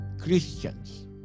christians